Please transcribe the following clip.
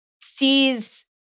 sees